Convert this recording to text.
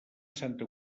santa